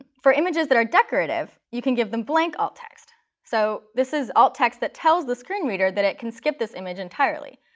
for images that are decorative, you can give them blank alt text. so this is alt text that tells the screen reader that it can skip this image entirely.